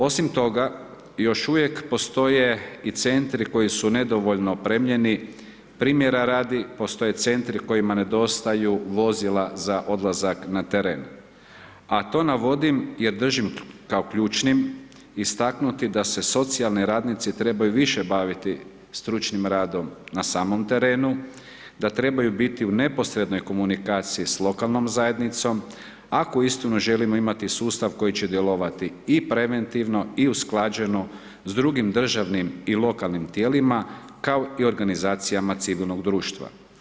Osim toga, još uvijek postoje i centri koji su nedovoljno opremljeni, primjera radi postoje centri kojima nedostaju vozila za odlazak na teren a to navodim jer držim kao ključnim istaknuti da se socijalne radnice trebaju više baviti stručnim radom na samom terenu, da trebaju biti u neposrednoj komunikaciji s lokalnom zajednicom ako uistinu želimo imati sustav koji će djelovati i preventivno i usklađeno s drugim državnim i lokalnim tijelima kao i organizacijama civilnog društva.